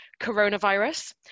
coronavirus